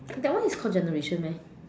that one is called generation meh